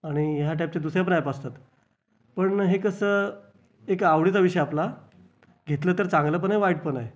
आणि ह्या टाईपचे दुसरे पण ॲप असतात पण हे कसं एक आवडीचा विषय आपला घेतलं तर चांगलं पण आहे वाईट पण आहे